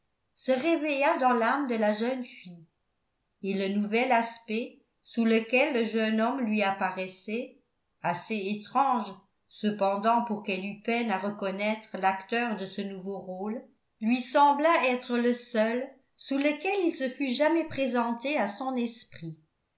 dissipée se réveilla dans l'âme de la jeune fille et le nouvel aspect sous lequel le jeune homme lui apparaissait assez étrange cependant pour qu'elle eût peine à reconnaître l'acteur de ce nouveau rôle lui sembla être le seul sous lequel il se fût jamais présenté à son esprit